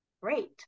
Great